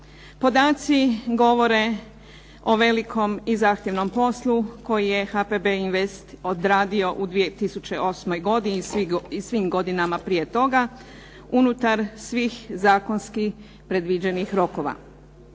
Podaci govore o velikom i zahtjevnom poslu koji je HPB Invest odradio u 2008. godini i svim godinama prije toga unutar svih zakonski predviđenih rokova.